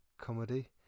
comedy